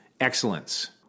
excellence